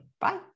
Bye